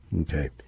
Okay